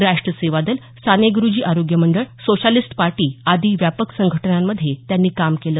राष्ट्र सेवादल सानेगुरूजी आरोग्य मंडळ सोशॅलिस्ट पार्टी आदी व्यापक संघटनांमध्ये त्यांनी काम केलं